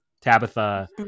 tabitha